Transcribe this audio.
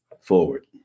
forward